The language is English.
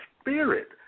spirit